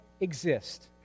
exist